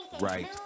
right